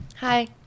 Hi